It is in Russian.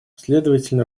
следовательно